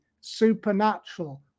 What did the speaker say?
supernatural